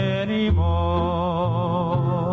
anymore